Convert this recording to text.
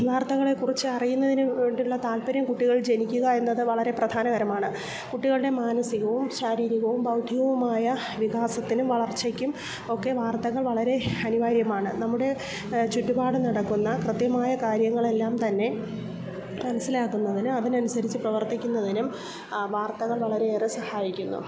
വാർത്തകളെ കുറിച്ച് അറിയുന്നതിന് വേണ്ടിയുള്ള താൽപര്യം കുട്ടികൾ ജനിക്കുക എന്നത് വളരെ പ്രധാനകരമാണ് കുട്ടികളുടെ മാനസ്സികവും ശാരീരികവും ബൗദ്ധ്യവുമായ വികാസത്തിനും വളർച്ചയ്ക്കും ഒക്കെ വാർത്തകൾ വളരെ അനിവാര്യമാണ് നമ്മുടെ ചുറ്റുപാടും നടക്കുന്ന കൃത്യമായ കാര്യങ്ങളെല്ലാംതന്നെ മനസ്സിലാക്കുന്നതിനും അതിനനുസരിച്ച് പ്രവർത്തിക്കുന്നതിനും വാർത്തകൾ വളരെയേറെ സഹായിക്കുന്നു